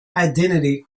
identity